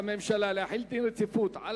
אנחנו עוברים לבקשת הממשלה להחיל דין רציפות על